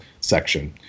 section